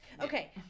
Okay